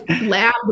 lab